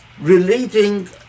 relating